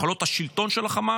ביכולות השלטוניות של החמאס,